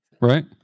Right